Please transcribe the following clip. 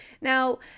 Now